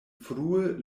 frue